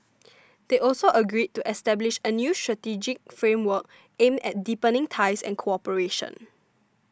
they also agreed to establish a new strategic framework aimed at deepening ties and cooperation